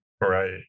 Right